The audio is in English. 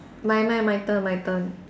my my my turn my turn